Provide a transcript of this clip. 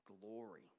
glory